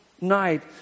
Night